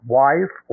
wife